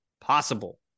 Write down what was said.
possible